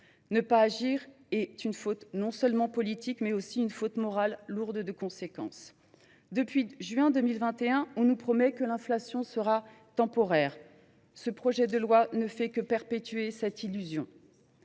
Ne pas agir est une faute non seulement politique, mais également morale, qui est lourde de conséquences. Depuis juin 2021, on nous promet que l’inflation sera temporaire ; ce projet de loi ne tend qu’à perpétuer cette illusion.